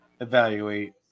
evaluate